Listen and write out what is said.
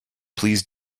please